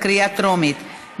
בקריאה טרומית.